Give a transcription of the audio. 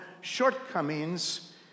shortcomings